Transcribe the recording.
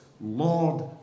Lord